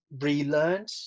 relearned